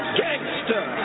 gangster